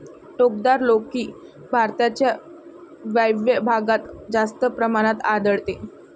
टोकदार लौकी भारताच्या वायव्य भागात जास्त प्रमाणात आढळते